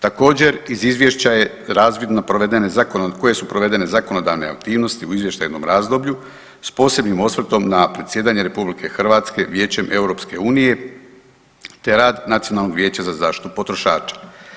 Također iz izvješća je razvidno koje su provedene zakonodavne aktivnosti u izvještajnom razdoblju s posebnim osvrtom na predsjedanje RH Vijećem EU te rad Nacionalnog vijeća za zaštitu potrošača.